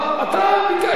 אני מבקש, אתה ביקשת.